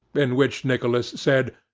in which nicholas said,